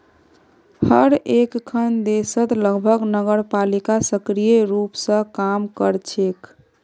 हर एकखन देशत लगभग नगरपालिका सक्रिय रूप स काम कर छेक